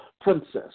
princess